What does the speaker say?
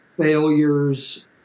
failures